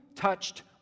touched